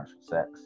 sex